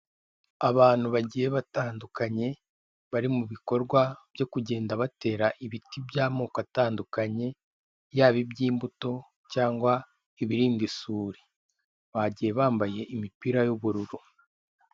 Abantu bagiye batandukanye bari mu bikorwa byo kugenda batera ibiti by'amoko atandukanye yaba iby'imbuto cyangwa ibiri isuri bagiye bambaye imipira y'ubururu.